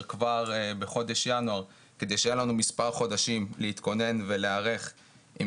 כבר בחודש ינואר כדי שיהיו לנו מספר חודשים להתכונן ולהיערך עם